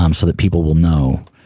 um so that people will know